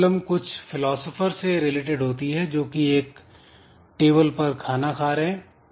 यह प्रॉब्लम कुछ फिलोसोफर से रिलेटेड होती है जो कि एक टेबल पर खाना खा रहे हैं